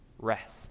rest